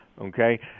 Okay